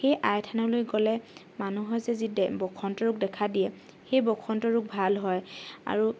সেই আই থানলৈ গ'লে মানুহৰ যি বসন্ত ৰোগ দেখা দিয়ে সেই বসন্ত ৰোগ ভাল হয় আৰু